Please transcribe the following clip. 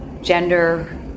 gender